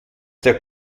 der